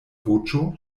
voĉo